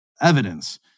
evidence